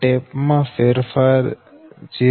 tap માં ફેરફાર 0